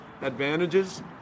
advantages